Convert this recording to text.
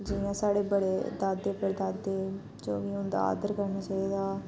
जियां साढ़े बड़े दादे पढ़दादे जो बी होंदा आदर करना चाहिदा